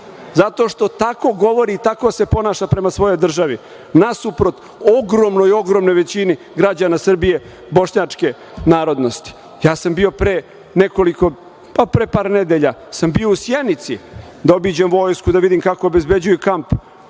zato što tako govori i tako se ponaša prema svojoj državi. Nasuprot ogromnoj, ogromnoj većini građana Srbije, bošnjačke narodnosti. Ja sam bio pre par nedelja u Sjenici, da obiđem vojsku, da vidim kako obezbeđuju kamp.